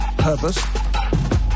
purpose